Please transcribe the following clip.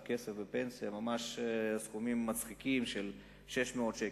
כסף לפנסיה ממש סכומים מצחיקים של 600 שקל,